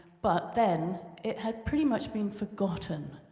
but then it had pretty much been forgotten.